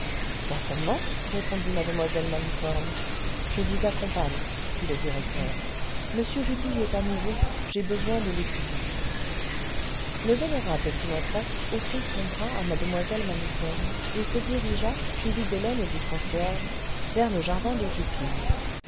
certainement répondit mademoiselle malicorne je vous accompagne fit le directeur m jupille est un nouveau j'ai besoin de l'étudier le vénérable philanthrope offrit son bras à mlle malicorne et se dirigea suivi d'hélène et du concierge vers le jardin de jupille